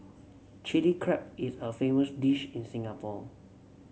Chilli Crab is a famous dish in Singapore